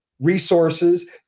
resources